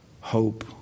hope